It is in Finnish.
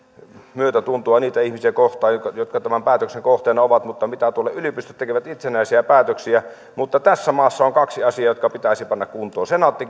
myötätuntoa niitä ihmisiä kohtaan jotka tämän päätöksen kohteena ovat mutta yliopistot tekevät itsenäisiä päätöksiä mutta tässä maassa on kaksi asiaa jotka pitäisi panna kuntoon senaatti